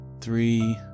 three